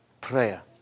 prayer